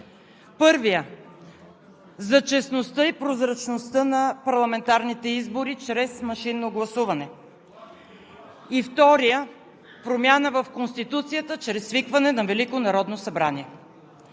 Първият – за честността и прозрачността на парламентарните избори чрез машинно гласуване, и вторият – промяна в Конституцията чрез свикване на Велико народно събрание.